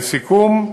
לסיכום,